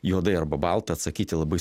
juodai arba balta atsakyti labai